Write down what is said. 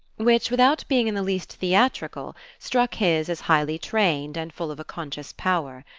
which, without being in the least theatrical, struck his as highly trained and full of a conscious power.